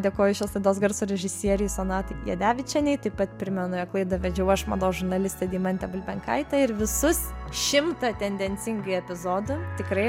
dėkoju šios laidos garso režisieriai sonata jadevičienė taip pat primenu jog laidą vedžiau aš mados žurnalistė deimantė bulbenkaitė ir visus šimtą tendencingai epizodų tikrai